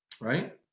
Right